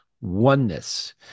oneness